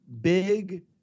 big